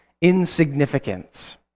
insignificance